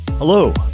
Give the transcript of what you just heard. Hello